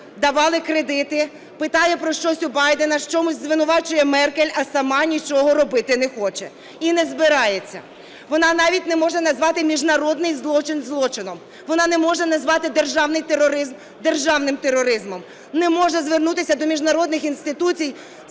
давали кредити, питає про щось у Байдена, в чомусь звинувачує Меркель, а сама нічого робити не хоче і не збирається. Вона навіть не може назвати міжнародний злочин злочином. Вона не може назвати державний тероризм державним тероризмом, не може звернутися до міжнародних інституцій